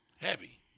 heavy